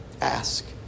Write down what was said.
Ask